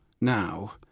now